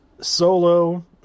Solo